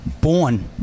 born